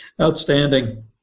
outstanding